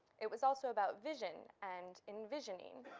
it was also about vision and envisioning.